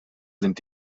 sind